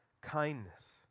kindness